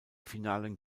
finalen